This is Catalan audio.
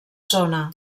zona